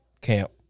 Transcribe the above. camp